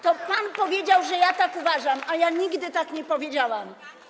To pan powiedział, że ja tak uważam, a ja nigdy tak nie powiedziałam.